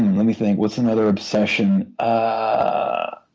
let me think what's another obsession. i'm